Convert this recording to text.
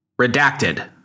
Redacted